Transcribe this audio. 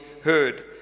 heard